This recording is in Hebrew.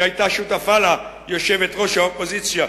שהיתה שותפה לה יושבת-ראש האופוזיציה,